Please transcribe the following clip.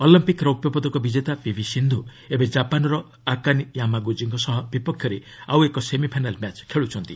Olympic ରୌପ୍ୟ ପଦକ ବିଜେତା ପିଭି ସିନ୍ଧୁ ଏବେ ଜାପାନର ଆକାନୀ ୟାମାଗୁଜିଙ୍କ ବିପକ୍ଷରେ ଆଉ ଏକ ସେମିଫାଇନାଲ୍ ମ୍ୟାଚ୍ ଖେଳୁଛନ୍ତି